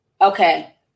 Okay